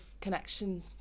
connection